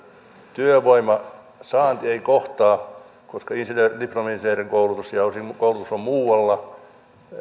työvoiman saanti ei kohtaa koska diplomi insinöörin koulutus on muualla